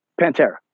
Pantera